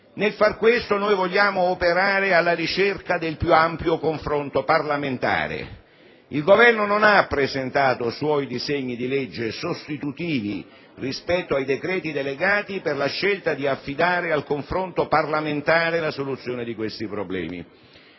Nel fare questo vogliamo operare alla ricerca del più ampio confronto parlamentare. Il Governo non ha presentato suoi disegni di legge sostitutivi rispetto ai decreti delegati per la scelta di affidare al confronto parlamentare la soluzione di questi problemi.